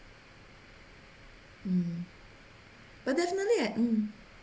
mm but definitely I mm